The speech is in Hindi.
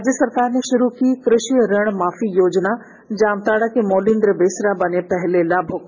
राज्य सरकार ने शुरू की कृषि ऋण माफी योजना जामताड़ा के मोलिंद्र बेसरा बने पहले लाभुक